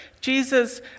Jesus